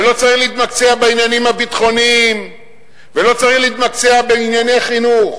ולא צריך להתמקצע בעניינים הביטחוניים ולא צריך להתמקצע בענייני חינוך.